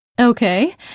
Okay